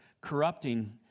corrupting